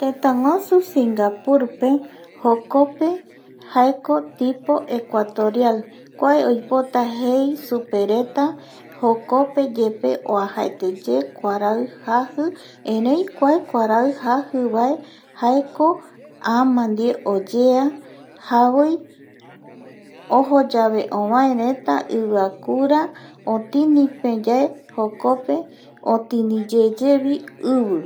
Tëtäguasu Singapurpe jokope jaeko tipo ecuatorial kua oipota jei supereta jokopeyepe aoajete ye kuarai jaji erei kauarai jajivae jaeko ama ndie oyea javoi ojo yave ovaereta iviakura otinipeyae jokope otini yeyevi ivi